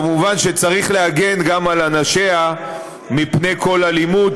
כמובן שצריך להגן גם על אנשיה מפני כל אלימות,